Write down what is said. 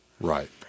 Right